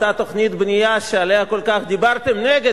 אותה תוכנית בנייה שעליה דיברתם נגד,